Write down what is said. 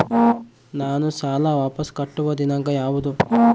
ನಾನು ಸಾಲ ವಾಪಸ್ ಕಟ್ಟುವ ದಿನಾಂಕ ಯಾವುದು?